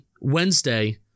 Wednesday